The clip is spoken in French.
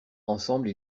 ensemble